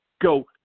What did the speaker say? go